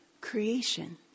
Creation